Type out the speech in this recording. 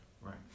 Right